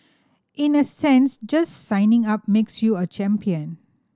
in a sense just signing up makes you a champion